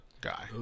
guy